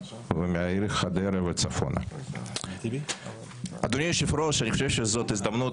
אני חושב שזאת הסתייגות